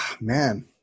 man